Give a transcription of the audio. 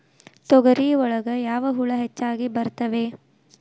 ತೊಗರಿ ಒಳಗ ಯಾವ ಹುಳ ಹೆಚ್ಚಾಗಿ ಬರ್ತವೆ?